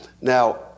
Now